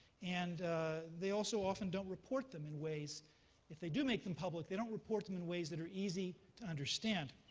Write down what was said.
and they also often don't report them in ways if they do make them public, they don't report them in ways that are easy to understand.